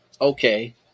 okay